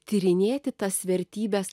tyrinėti tas vertybes